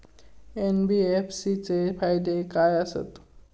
NBFC चे फायदे खाय आसत?